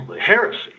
heresy